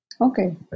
okay